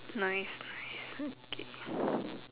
nice nice okay